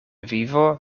vivo